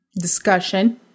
Discussion